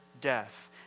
death